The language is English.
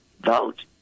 vote